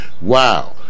wow